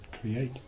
create